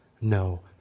no